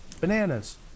Bananas